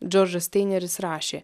džordžas taineris rašė